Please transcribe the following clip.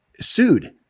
sued